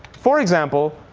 for example,